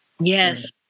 Yes